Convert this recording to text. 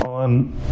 On